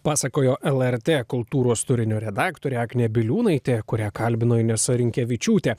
pasakojo lrt kultūros turinio redaktorė agnė biliūnaitė kurią kalbino inesa rinkevičiūtė